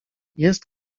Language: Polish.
jest